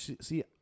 see